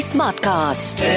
Smartcast